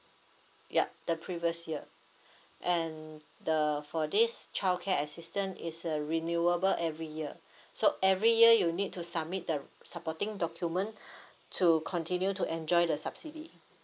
ya the previous year and the for this childcare assistant is a renewable every year so every year you need to submit the supporting document to continue to enjoy the subsidy